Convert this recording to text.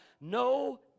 no